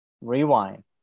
Rewind